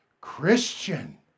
Christian